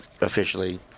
officially